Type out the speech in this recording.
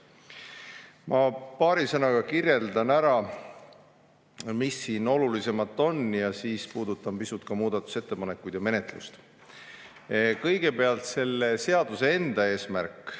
Ma paari sõnaga kirjeldan, mis siin olulisemat on, ning puudutan pisut ka muudatusettepanekuid ja menetlust. Kõigepealt, selle seaduse eesmärk